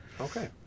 Okay